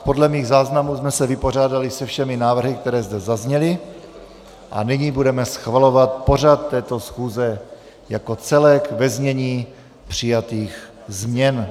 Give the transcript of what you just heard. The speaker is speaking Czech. Podle mých záznamů jsme se vypořádali se všemi návrhy, které zde zazněly, a nyní budeme schvalovat pořad této schůze jako celek ve znění přijatých změn.